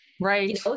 Right